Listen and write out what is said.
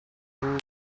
your